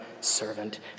servant